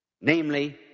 Namely